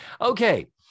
Okay